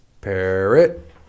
Parrot